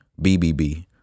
BBB